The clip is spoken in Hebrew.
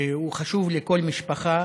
שהוא חשוב לכל משפחה